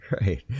right